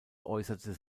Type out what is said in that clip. äußerte